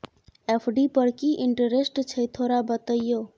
FD पर की interest छय थोरा बतईयो?